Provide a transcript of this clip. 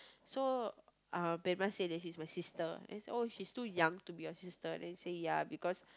so uh says that she's my sister and oh she's too young to be your sister then say ya because